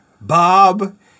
Bob